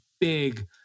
big